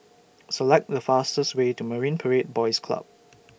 Select The fastest Way to Marine Parade Boys Club